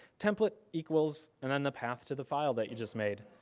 template equals and then the path to the file that you just made.